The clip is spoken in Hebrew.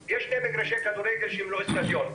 יש שני מגרשי כדורגל שהם לא אצטדיון.